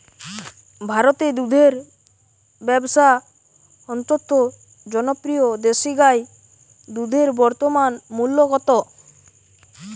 ভারতে দুধের ব্যাবসা অত্যন্ত জনপ্রিয় দেশি গাই দুধের বর্তমান মূল্য কত?